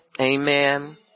Amen